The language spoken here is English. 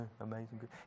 Amazing